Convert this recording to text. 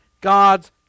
God's